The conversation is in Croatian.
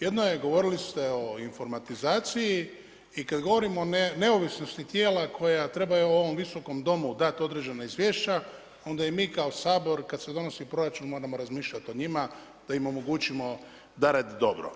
Jedna je, govorili ste o informatizaciji i kada govorimo o neovisnosti tijela koja trebaju u ovom Visokom domu dati određena izvješća onda i mi kao Sabor kada se donosi proračun moramo razmišljati o njima da im omogućimo da rade dobro.